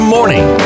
Morning